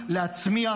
להצמיח,